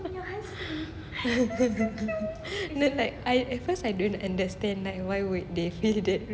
you know like I at first I don't understand like why would they feel that